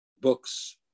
books